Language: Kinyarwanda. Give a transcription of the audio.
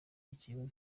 y’ikigo